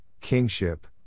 kingship